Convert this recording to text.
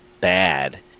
bad